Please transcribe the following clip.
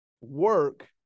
work